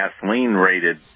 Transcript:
gasoline-rated